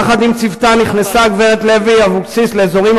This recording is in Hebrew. יחד עם צוותה נכנסה הגברת לוי אבקסיס לאזורים